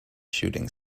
shooting